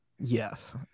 Yes